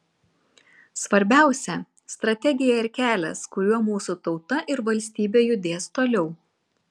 svarbiausia strategija ir kelias kuriuo mūsų tauta ir valstybė judės toliau